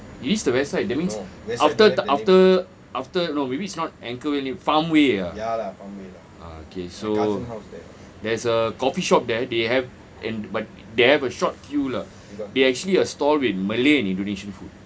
it is the west side that means after after after no maybe it's not anchorvale farmway ah ah okay so there's a coffeeshop there they have and but they have a short queue lah they actually a stall with malay and indonesian food